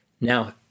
Now